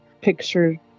picture